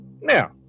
Now-